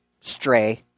stray